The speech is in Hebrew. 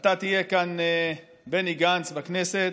אתה תהיה כאן, בני גנץ, בכנסת.